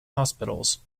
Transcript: hospitals